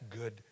good